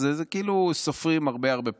כאילו סופרים הרבה הרבה פחות.